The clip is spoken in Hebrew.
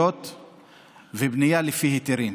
ובנייה במגזר הדרוזי?